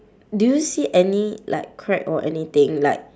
do you see any like crack or anything like